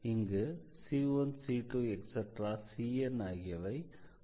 இங்கு c1c2⋯cn ஆகியவை ஆர்பிட்ரரி கான்ஸ்டண்ட்கள்